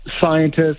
scientists